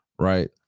right